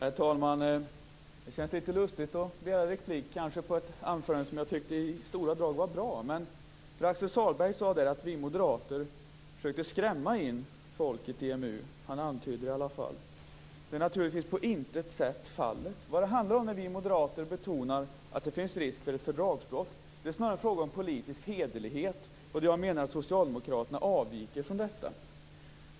Herr talman! Det känns litet lustigt att begära replik på ett anförande som i stora drag var bra. Men Pär-Axel Sahlberg sade att vi moderater försökte skrämma in folket i EMU - han antydde det i alla fall. Så är naturligtvis på intet sätt fallet. Vad det handlar om är att vi moderater betonar att det finns risk för ett fördragsbrott. Det är snarare fråga om politisk hederlighet. Jag anser att socialdemokraterna avviker från detta.